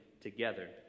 together